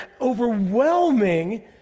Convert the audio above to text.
overwhelming